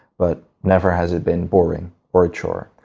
but never has it been boring or a chore.